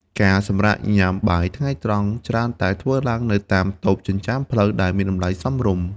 ការសម្រាកញ៉ាំបាយថ្ងៃត្រង់ ច្រើនតែធ្វើឡើងនៅតាមតូបចិញ្ចើមផ្លូវដែលមានតម្លៃសមរម្យ។